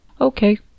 Okay